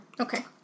Okay